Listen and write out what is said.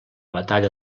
batalla